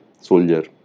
soldier